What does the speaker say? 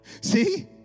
See